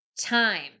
time